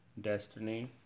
destiny